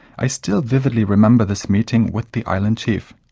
i still vividly remember this meeting with the island chief.